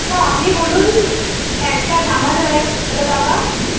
তো আপনি বলুন একটা জামা সেলাই করতে কত টাকা